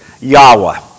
Yahweh